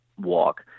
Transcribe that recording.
walk